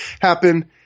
happen